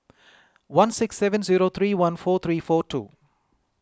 one six seven zero three one four three four two